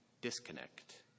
disconnect